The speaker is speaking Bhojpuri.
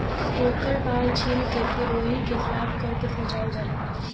ओकर बाल छील के फिर ओइके साफ कर के सजावल जाला